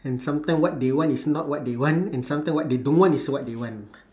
and sometime what they want is not what they want and sometime what they don't want is what they want